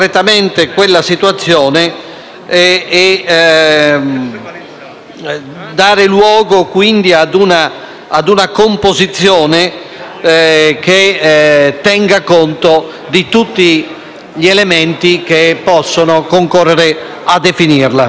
dar luogo quindi ad una composizione che tenga conto di tutti gli elementi che concorrono a definirla.